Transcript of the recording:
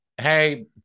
Hey